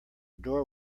door